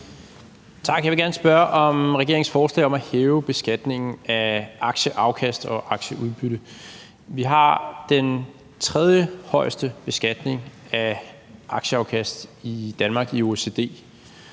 Tak. Jeg vil gerne spørge til regeringens forslag om at hæve beskatningen af aktieafkast og aktieudbytte. Vi har i Danmark den tredjehøjeste beskatning af aktieafkast i OECD,